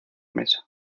mesa